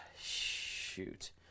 shoot